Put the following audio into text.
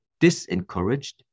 disencouraged